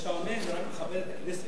זה שאתה עונה זה רק מכבד את הכנסת.